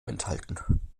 enthalten